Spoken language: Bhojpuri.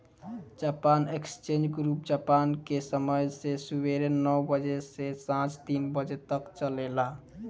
जापान एक्सचेंज ग्रुप जापान के समय से सुबेरे नौ बजे से सांझ तीन बजे तक चलेला